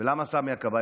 ולמה סמי הכבאי?